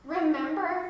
Remember